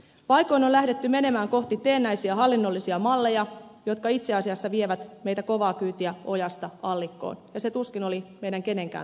paikoin on lähdetty menemään kohti teennäisiä hallinnollisia malleja jotka itse asiassa vievät meitä kovaa kyytiä ojasta allikkoon ja se tuskin oli meidän kenenkään tarkoitus